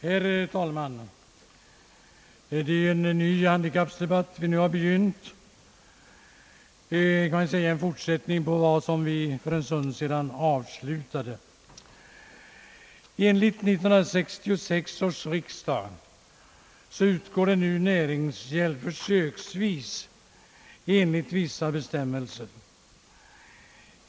Herr talman! Det är en ny handikappsdebatt som vi nu har begynt och som kan sägas vara en fortsättning på den som vi för en stund sedan avslutade. går nu näringshjälp försöksvis enligt vissa bestämmelser.